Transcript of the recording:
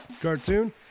cartoon